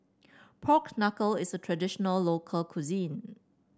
Pork Knuckle is a traditional local cuisine